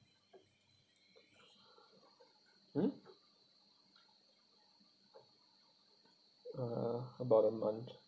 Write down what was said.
hmm uh about a month